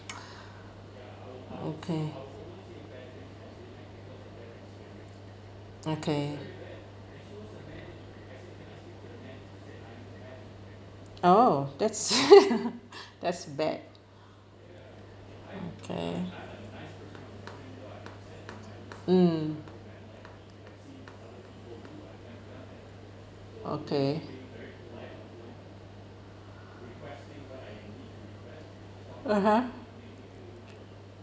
okay okay oh that's that's bad okay mm okay (uh huh)